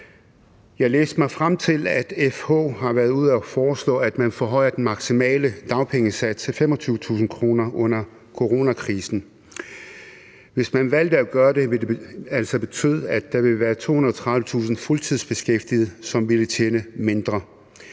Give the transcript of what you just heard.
har læst mig frem til, at FH har været ude og foreslå, at man forhøjer den maksimale dagpengesats til 25.000 kr. under coronakrisen. Hvis man valgte at gøre det, ville det altså betydet, at der ville være 230.000 fuldtidsbeskæftigede, som ville tjene mindre,